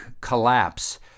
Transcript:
collapse